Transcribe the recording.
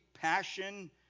passion